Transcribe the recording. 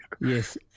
Yes